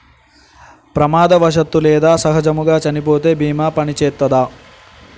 ప్రమాదవశాత్తు లేదా సహజముగా చనిపోతే బీమా పనిచేత్తదా?